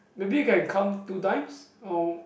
maybe you can come two times or